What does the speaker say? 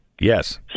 Yes